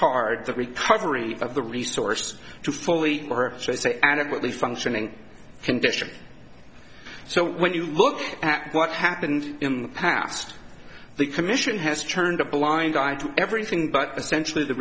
e the recovery of the resource to fully or just a adequately functioning condition so when you look at what happened in the past the commission has turned a blind eye to everything but